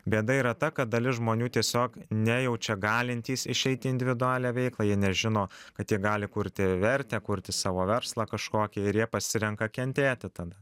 bėda yra ta kad dalis žmonių tiesiog nejaučia galintys išeiti į individualią veiklą jie nežino kad jie gali kurti vertę kurti savo verslą kažkokį ir jie pasirenka kentėti tada